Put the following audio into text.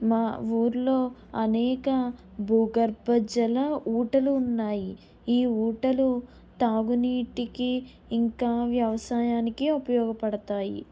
మా ఊరిలో అనేక భూగర్భజల ఊటలు ఉన్నాయి ఈ ఊటలు తాగు నీటికి ఇంకా వ్యవసాయానికి ఉపయోగపడతాయి